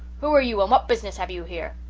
who are you and what business have you here?